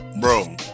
Bro